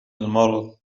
المرض